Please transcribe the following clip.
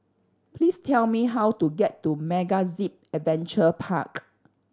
please tell me how to get to MegaZip Adventure Park